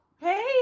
Hey